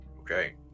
Okay